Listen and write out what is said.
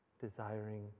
desiring